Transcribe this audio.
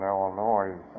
Illinois